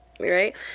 right